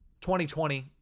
2020